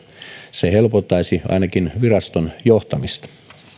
se helpottaisi ainakin viraston johtamista